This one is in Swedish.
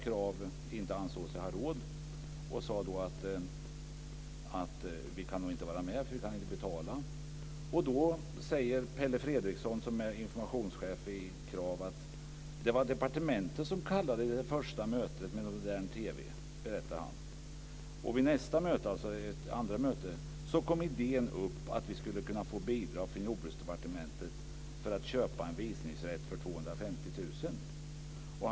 Krav ansåg sig inte ha råd och sade då: Vi kan nog inte vara med, för vi kan inte betala. Då säger Pelle Fredriksson, som är informationschef vid Krav: Det var departementet som kallade till det första mötet med Modern TV. Vid nästa möte kom idén upp att vi skulle kunna få bidrag från Jordbruksdepartementet för att köpa en visningsrätt för 250 000 kr.